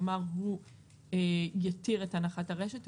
כלומר, הוא יתיר את הנחת הרשת.